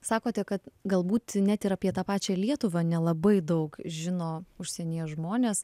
sakote kad galbūt net ir apie tą pačią lietuvą nelabai daug žino užsienyje žmonės